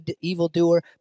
evildoer